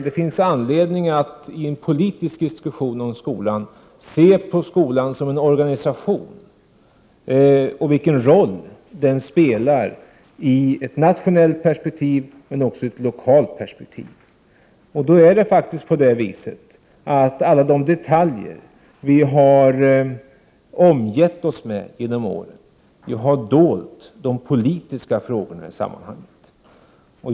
Det finns anledning att i en politisk debatt 81 om skolan se på skolan som en organisation — och se vilken roll den spelar i både ett nationellt perspektiv och ett lokalt perspektiv. Alla de detaljer vi har omgett oss med genom åren har då faktiskt dolt de politiska frågorna i sammanhanget.